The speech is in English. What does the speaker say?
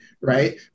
right